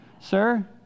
Sir